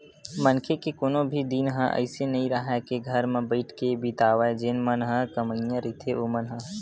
मनखे के कोनो भी दिन ह अइसे नइ राहय के घर म बइठ के बितावय जेन मन ह कमइया रहिथे ओमन ह